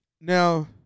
Now